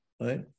right